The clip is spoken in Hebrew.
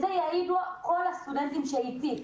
על זה יעידו כל הסטודנטים שאיתי.